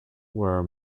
were